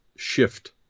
shift